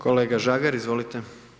Kolega Žagar, izvolite.